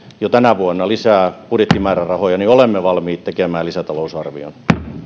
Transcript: jo tänä vuonna lisää budjettimäärärahoja niin olemme valmiit tekemään lisätalousarvion